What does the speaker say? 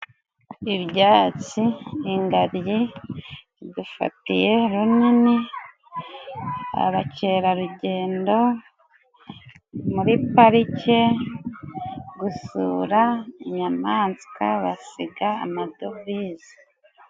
Ibyatsi! ingaryi idufatiye runini! Abakerarugendo muri parike, gusura inyamanswa basiga amadovize.